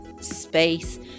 space